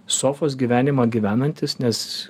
sofos gyvenimą gyvenantis nes